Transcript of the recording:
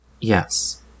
Yes